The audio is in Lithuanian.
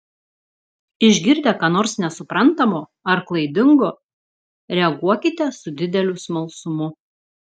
išgirdę ką nors nesuprantamo ar klaidingo reaguokite su dideliu smalsumu